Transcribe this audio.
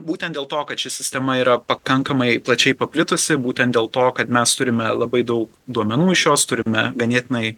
būtent dėl to kad ši sistema yra pakankamai plačiai paplitusi būtent dėl to kad mes turime labai daug duomenų iš jos turime ganėtinai